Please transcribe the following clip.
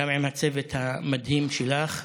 גם עם הצוות המדהים שלך,